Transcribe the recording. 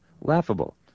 laughable